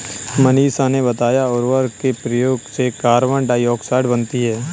मनीषा ने बताया उर्वरक के प्रयोग से कार्बन डाइऑक्साइड बनती है